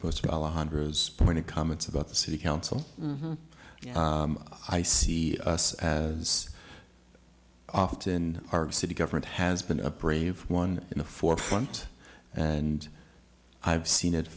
pointed comments about the city council i see us as often our city government has been a brave one in the forefront and i've seen it